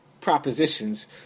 propositions